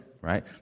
right